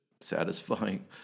satisfying